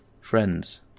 friends